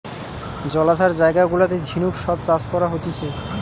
জলাধার জায়গা গুলাতে ঝিনুক সব চাষ করা হতিছে